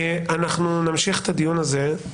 אנחנו נמשיך את הדיון הזה.